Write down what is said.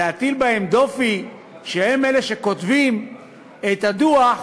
להטיל בהם דופי שהם אלה שכותבים את הדוח,